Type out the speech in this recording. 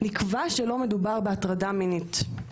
"נקבע שלא מדובר בהטרדה מינית".